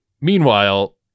Meanwhile-